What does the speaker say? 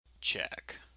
Check